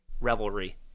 revelry